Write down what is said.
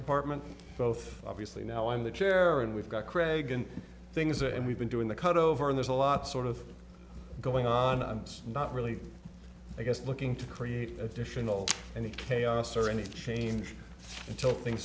department both obviously now i'm the chair and we've got craig and things and we've been doing the cut over there's a lot sort of going on i'm not really i guess looking to create additional any chaos or any change until things